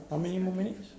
how many more minutes